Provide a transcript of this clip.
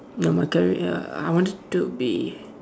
normal career I wanted to be